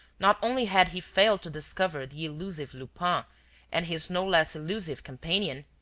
not only had he failed to discover the elusive lupin and his no less elusive companion,